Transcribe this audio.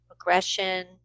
aggression